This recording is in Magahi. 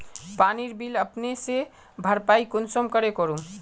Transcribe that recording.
पानीर बिल अपने से भरपाई कुंसम करे करूम?